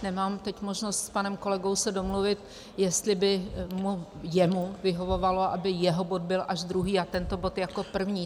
Nemám teď možnost se s panem kolegou domluvit, jestli by jemu vyhovovalo, aby jeho bod byl až druhý a tento bod jako první.